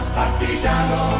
partigiano